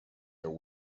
their